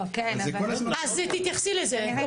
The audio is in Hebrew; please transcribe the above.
אני אתייחס.